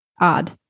Odd